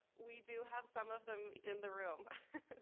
we do have some of them in the room.